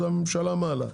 זה הממשלה מעלה,